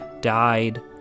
died